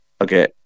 okay